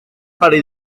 perill